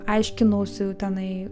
aiškinausi tenai